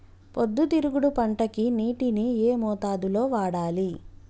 పొద్దుతిరుగుడు పంటకి నీటిని ఏ మోతాదు లో వాడాలి?